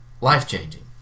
life-changing